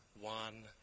one